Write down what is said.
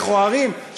מכוערים,